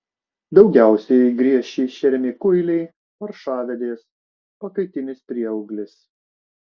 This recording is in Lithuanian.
daugiausiai griežčiais šeriami kuiliai paršavedės pakaitinis prieauglis